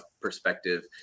perspective